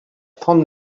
trente